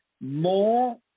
more